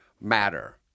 matter